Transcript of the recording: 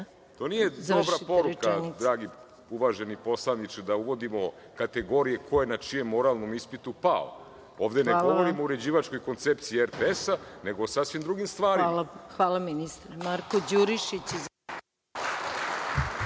To nije dobra poruka, dragi uvaženi poslaniče, da uvodimo kategorije ko je na čijem moralnom ispitu pao. Ovde ne govorimo o uređivačkoj koncepciji RTS, nego o sasvim drugim stvarima. **Maja Gojković**